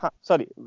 Sorry